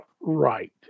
right